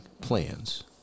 plans